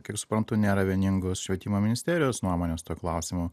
kiek suprantu nėra vieningos švietimo ministerijos nuomonės tuo klausimu